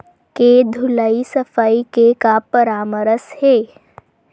के धुलाई सफाई के का परामर्श हे?